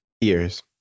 Ears